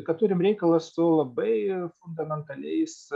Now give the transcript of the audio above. kad turim reikalą su labai fundamentaliais